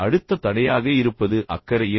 அடுத்த தடையாக இருப்பது அக்கறையின்மை